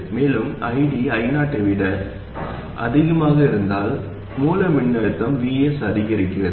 மேலும் ID I0 ஐ விட அதிகமாக இருந்தால் மூல மின்னழுத்தம் Vs அதிகரிக்கிறது